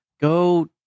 Go